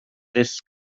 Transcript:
dull